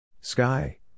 Sky